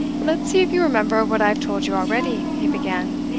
let's see if you remember what i've told you already, he began.